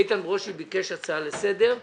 איתן ברושי ביקש הצעה לסדר.